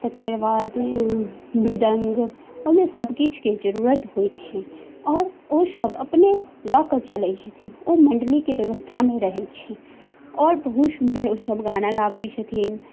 तकर बाद वृदंग ओहिमे सब किछु के जरूरत होइ छै आओर ओ सब अपने लऽ कऽ चलै छथिन ओ मण्डलीके व्यवस्थामे रहै छै आओर बहुत सुन्दर ओसब गाना गाबै छथिन